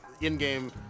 in-game